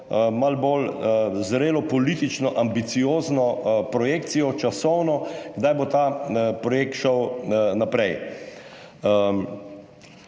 malo bolj zrelo, politično ambiciozno projekcijo časovno, kdaj bo ta projekt šel naprej.